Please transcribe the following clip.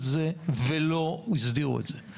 זה לא גורע מהזכויות והחובות של ההורים,